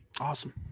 Awesome